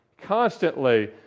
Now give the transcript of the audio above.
Constantly